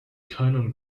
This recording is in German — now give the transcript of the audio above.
keinen